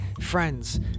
Friends